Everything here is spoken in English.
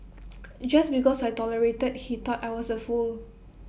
just because I tolerated he thought I was A fool